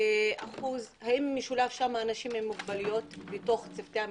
האם משולבים אנשים עם מוגבלויות בתוך צוותי המשטרה?